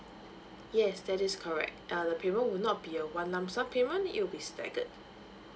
yes that is correct uh the payment would not be a one lump sum payment it will be staggered